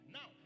Now